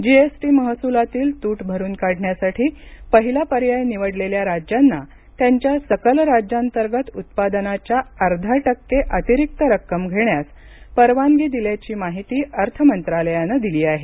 GST महसूलातील तूट भरुन काढण्यासाठी पहिला पर्याय निवडलेल्या राज्यांना त्यांच्या सकल राज्यांतर्गत उत्पादनाच्या अर्धा टक्के अतिरिक्त रक्कम घेण्यास परवानगी दिल्याची माहिती अर्थ मंत्रालयानं दिली आहे